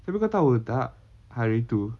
tapi kau tahu tak hari tu